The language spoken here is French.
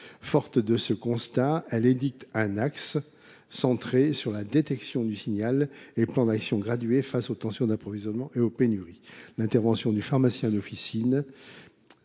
Forte de ce constat, elle est construite autour d’un axe centré sur la « détection du signal et [un] plan d’action gradué face aux tensions d’approvisionnement et aux pénuries ». L’intervention du pharmacien d’officine,